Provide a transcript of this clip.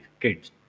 kids